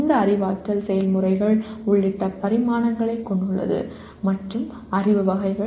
இது அறிவாற்றல் செயல்முறைகள் உள்ளிட்ட பரிமாணங்களைக் கொண்டுள்ளது மற்றும் அறிவு வகைகள்